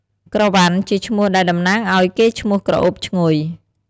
ក្រវ៉ាន់ ជាឈ្មោះដែលតំណាងឱ្យកេរ្តិ៍ឈ្មោះក្រអូបឈ្ងុយ។